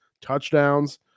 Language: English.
touchdowns